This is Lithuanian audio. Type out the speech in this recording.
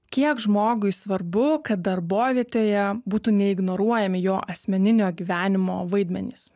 kiek žmogui svarbu darbovietėje būtų neignoruojami jo asmeninio gyvenimo vaidmenys